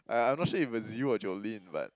I I'm not sure if it's you or Jolene but